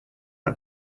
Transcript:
out